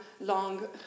long